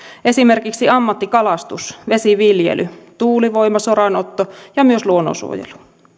esimerkiksi ammattikalastus vesiviljely tuulivoima soranotto ja myös luonnonsuojelu